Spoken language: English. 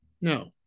No